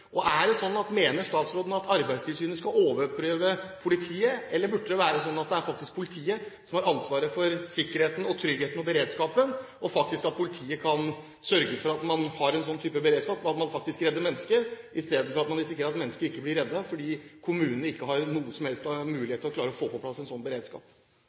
Mener statsråden at Arbeidstilsynet skal overprøve politiet? Eller burde det faktisk være politiet som har ansvaret for sikkerheten, tryggheten og beredskapen og for at man har en beredskap, slik at man redder mennesker, i stedet for at man risikerer at mennesker ikke blir reddet fordi kommunene ikke har noen som helst mulighet til å få på plass en slik beredskap?